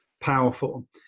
powerful